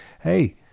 hey